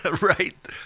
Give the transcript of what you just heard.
right